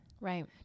Right